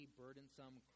burdensome